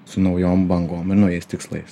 su naujom bangom ir naujais tikslais